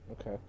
Okay